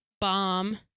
bomb